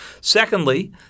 Secondly